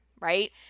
right